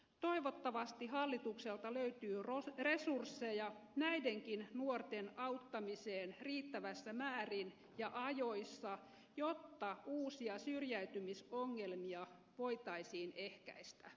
toivottavasti hallitukselta löytyy resursseja näidenkin nuorten auttamiseen riittävässä määrin ja ajoissa jotta uusia syrjäytymisongelmia voitaisiin ehkäistä